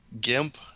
GIMP